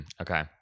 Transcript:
Okay